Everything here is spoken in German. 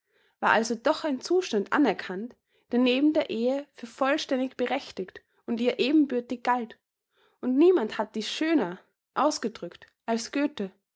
war also doch ein zustand anerkannt der neben der ehe für vollständig berechtigt und ihr ebenbürtig galt und niemand hat dies schöner ausgedrückt als göthe